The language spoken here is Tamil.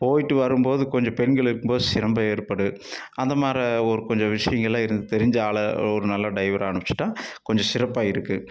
போயிட்டு வரும்போது கொஞ்சம் பெண்கள் இருக்கும்போது சிரம்பு ரொம்ப ஏற்படும் அந்த மாரி ஒரு கொஞ்சம் விஷயங்கள்லாம் இருந் தெரிஞ்ச ஆளாக ஒரு நல்ல டிரைவராக அனுப்பிச்சுட்டால் கொஞ்சம் சிறப்பாக இருக்கும்